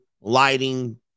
lighting